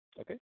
Okay